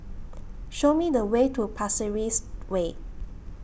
Show Me The Way to Pasir Ris Way